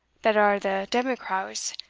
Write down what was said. that are the democraws,